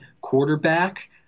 quarterback